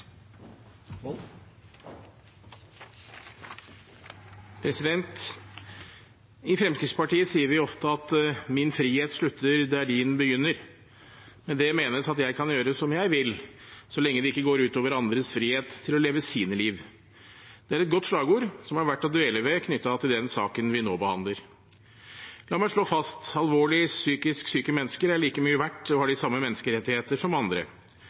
I Fremskrittspartiet sier vi ofte at «min frihet slutter der din begynner». Med det menes at jeg kan gjøre som jeg vil, så lenge det ikke går ut over andres frihet til å leve sitt liv. Det er et godt slagord, som er verdt å dvele ved knyttet til den saken vi nå behandler. La meg slå fast: Alvorlig psykisk syke mennesker er like mye verdt og har de samme menneskerettigheter som andre.